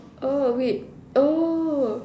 oh wait oh